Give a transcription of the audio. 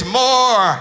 more